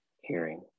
Hearing